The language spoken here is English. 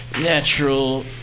natural